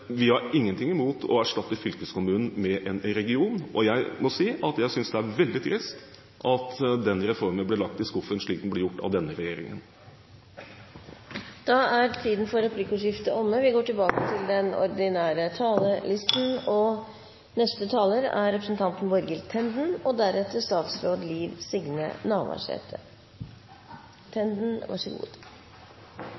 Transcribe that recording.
vi har ingenting imot å erstatte fylkeskommunen med en region. Jeg må si at jeg synes det er veldig trist at denne reformen ble lagt i skuffen, som denne regjeringen gjorde. Replikkordskiftet er omme. Mange av debattene i Stortinget de siste årene har handlet om velferdsstaten, om velferdsstatens utfordringer og finansiering. Det vi ofte glemmer i denne sammenheng, er at for de aller, aller fleste er